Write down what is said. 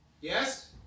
Yes